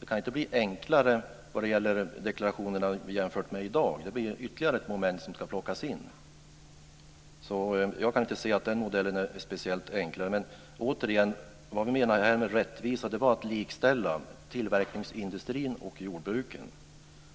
Det kan inte bli enklare vad gäller deklarationerna jämfört med i dag. Det blir ytterligare ett moment som ska plockas in, så jag kan inte se att den modellen är enklare. Återigen: Vad jag menade med rättvisa var att likställa tillverkningsindustri och jordbruk.